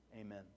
amen